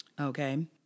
okay